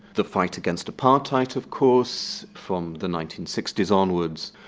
the fight against apartheid of course from the nineteen sixty s onwards,